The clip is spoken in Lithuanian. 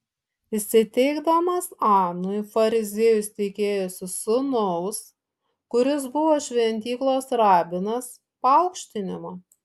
įsiteikdamas anui fariziejus tikėjosi sūnaus kuris buvo šventyklos rabinas paaukštinimo